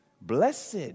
Blessed